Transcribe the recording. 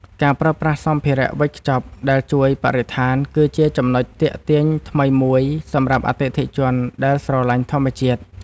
ការប្រើប្រាស់សម្ភារៈវេចខ្ចប់ដែលជួយបរិស្ថាន គឺជាចំណុចទាក់ទាញថ្មីមួយសម្រាប់អតិថិជនដែលស្រឡាញ់ធម្មជាតិ។